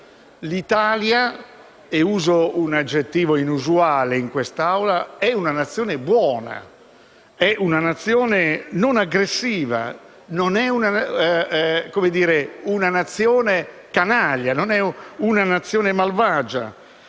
l'Italia - e uso un aggettivo inusuale in quest'Aula - è una Nazione buona, una Nazione non aggressiva; non è una Nazione canaglia e malvagia.